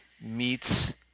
meets